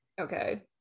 Okay